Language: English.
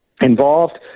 involved